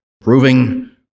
proving